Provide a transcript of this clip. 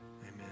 amen